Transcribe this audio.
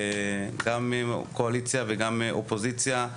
גם קואליציה וגם אופוזיציה,